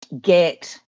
get